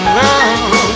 love